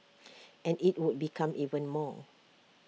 and IT would become even more